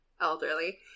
elderly